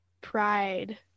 pride